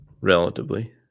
relatively